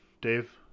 dave